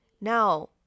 now